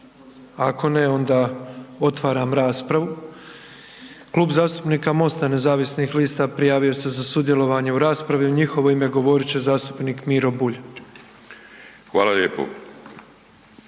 Ako ne, onda otvaram raspravu. Klub zastupnika Mosta nezavisnih lista prijavio se za sudjelovanje u raspravi, u njihovo ime govorit će zastupnik Miro Bulj. **Bulj,